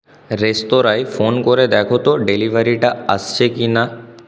রেস্তরাঁয় phone করে দেখ তো ডেলিভারিটা আসছে কি না